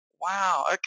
wow